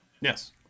Yes